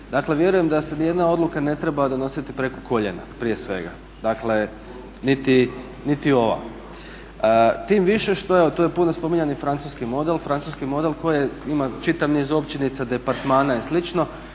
Dakle, vjerujem da se niti jedna odluka ne treba donositi preko koljena prije svega. Dakle, niti ova. Tim više što je, evo to je puno spominjan i francuski model, francuski model koji ima čitav niz općinica, departmana i